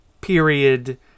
period